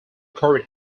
court